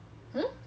hmm